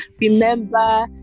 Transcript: remember